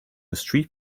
street